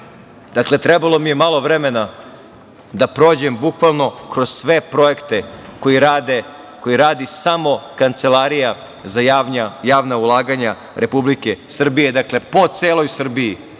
front“.Dakle, trebalo mi je malo vremena da prođem bukvalno kroz sve projekte koje radi samo Kancelarija za javna ulaganja Republike Srbije. Dakle, po celoj Srbiji